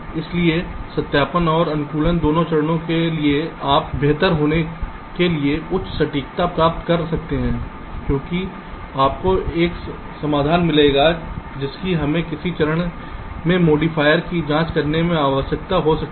इसलिए सत्यापन और अनुकूलन दोनों चरणों के लिए यदि आप बेहतर होने के लिए उच्च सटीकता प्राप्त कर सकते हैं क्योंकि आपको एक समाधान मिलेगा जिसकी हमें किसी चरण में मोडीफायर की जांच करने में आवश्यकता हो सकती है